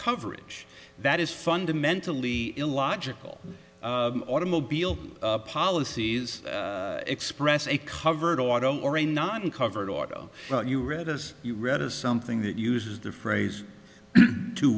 coverage that is fundamentally illogical automobile policies express a covered auto or a not uncovered auto you read as you read is something that uses the phrase to